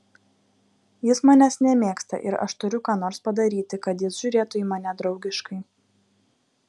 jis manęs nemėgsta ir aš turiu ką nors padaryti kad jis žiūrėtų į mane draugiškai